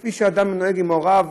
כפי שאדם נוהג עם הוריו,